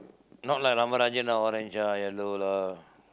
not like Ramarajan ah orange ah yellow lah